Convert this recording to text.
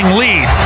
lead